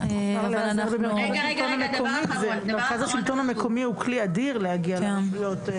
המרכז לשלטון המקומי הוא כלי אדיר להגיע לרשויות.